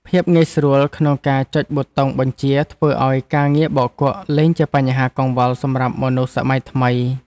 ភាពងាយស្រួលក្នុងការចុចប៊ូតុងបញ្ជាធ្វើឱ្យការងារបោកគក់លែងជាបញ្ហាកង្វល់សម្រាប់មនុស្សសម័យថ្មី។